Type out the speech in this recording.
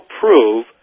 prove